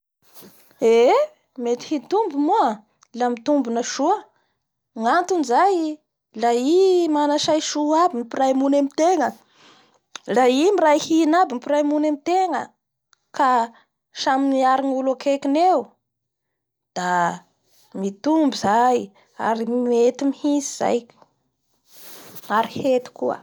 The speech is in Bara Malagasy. Eeee! Mety hitombo moa la mitombona soa gnantony zay la i man say soa aby ny mpiraimony aminin'ny tenga, la i miray hina aby ny mpiray mony amitenga ka samy miaro gnolo akekiny eo da mitombo zay ary mety mihintsy zay? ary hety koa.